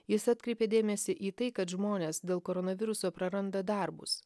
jis atkreipė dėmesį į tai kad žmonės dėl koronaviruso praranda darbus